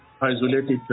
isolated